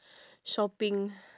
shopping